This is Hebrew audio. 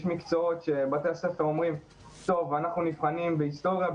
יש מקצועות שבתי הספר אומרים שאנחנו נבחנים בהיסטוריה,